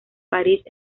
parís